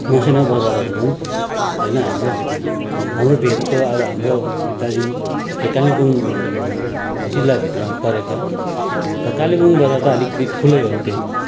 मसिना बजारहरू हुन् होइन हाम्रो हाम्रो भेकको अब हाम्रो यो दार्जिलिङ ए कालिम्पोङ जिल्लाभित्र परेका अब कालिम्पोङ बजार त अलिकति ठुलै हो त्यो